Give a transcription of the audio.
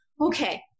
okay